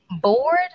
Bored